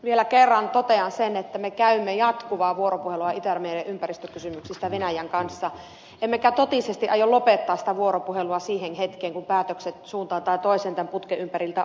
vielä kerran totean sen että me käymme jatkuvaa vuoropuhelua itämeren ympäristökysymyksistä venäjän kanssa emmekä totisesti aio lopettaa sitä vuoropuhelua siihen hetkeen kun päätökset suuntaan tai toiseen tämän putken ympäriltä on tehty